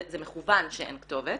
זה מכוון שאין כתובת.